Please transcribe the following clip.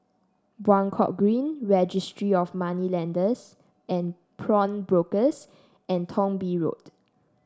Buangkok Green Registry of Moneylenders and Pawnbrokers and Thong Bee Road